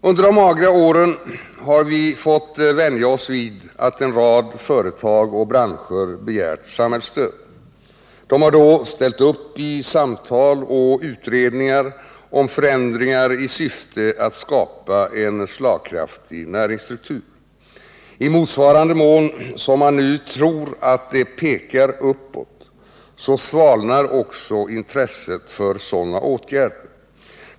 Under de magra åren har vi fått vänja oss vid att en rad företag och branscher begärt samhällsstöd. De har då ställt upp i samtal och utredningar om förändringar i syfte att skapa en slagkraftig näringsstruktur. I motsvarande mån som man nu tror att det pekar uppåt svalnar också intresset för sådana åtgärder.